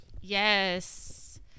Yes